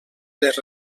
les